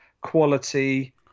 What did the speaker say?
quality